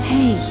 Hey